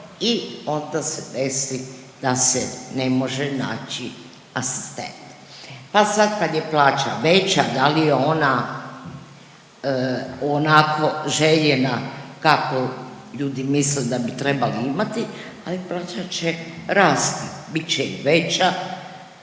i onda se desi da se ne može naći asistent, pa sad kad je plaća veća, da li je ona onako željena kako ljudi misle da bi trebali imati, ali plaća će rasti, bit će i veća